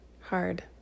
hard